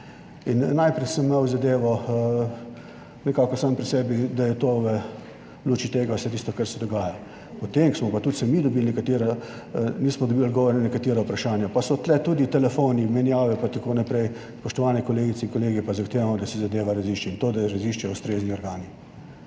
(nadaljevanje) nekako sam pri sebi, da je to v luči tega vse tisto, kar se dogaja. Potem, ko smo pa tudi mi dobili nekatera, nismo dobili odgovora na nekatera vprašanja, pa so tu tudi telefoni, menjave, pa tako naprej, spoštovane kolegice in kolegi, pa zahtevamo, da se zadeva razišče in to, da raziščejo ustrezni organi.